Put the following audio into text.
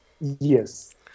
Yes